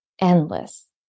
endless